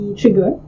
trigger